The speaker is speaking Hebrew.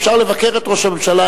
אפשר לבקר את ראש הממשלה,